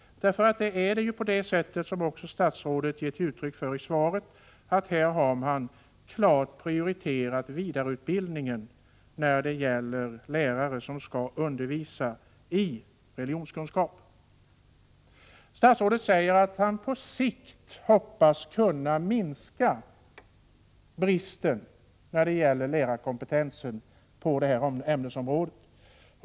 Det är så, som också statsrådet gav uttryck för i svaret, att man klart prioriterat vidareutbildningen av lärare som skall undervisa i religionskunskap. Statsrådet säger att han på sikt hoppas kunna minska bristen när det gäller lärarkompetens på detta ämnesområde.